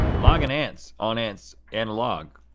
log and ants on ants and log.